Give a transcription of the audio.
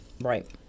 Right